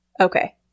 okay